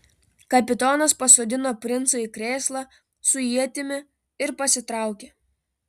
kapitonas pasodino princą į krėslą su ietimi ir pasitraukė